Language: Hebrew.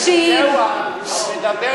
אנחנו מדברים על הפונדקאית.